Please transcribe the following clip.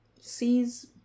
sees